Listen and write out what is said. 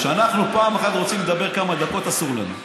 כשאנחנו פעם אחת רוצים לדבר כמה דקות, אסור לנו.